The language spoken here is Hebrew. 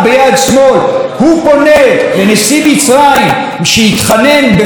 הוא פונה לנשיא מצרים שיתחנן בשמו בפני,